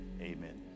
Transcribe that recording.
amen